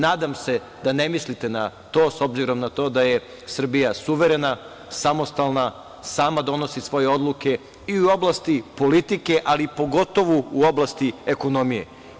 Nadam se da mislite na to, s obzirom na to da je Srbija suverena, samostalna, sama donosi svoju odluke i u oblasti politike, ali pogotovo u oblasti ekonomije.